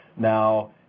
Now